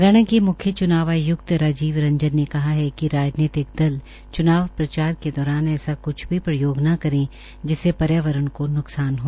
हरियाणा के मुख्य चुनाव आयुक्त राजीव रंजन ने कहा कि राजनीतिक दल च्नाव प्रचार के दौरान ऐसा कृछ भी प्रयोग न करें जिससे पर्यावरण को नुकसान हो